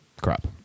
crap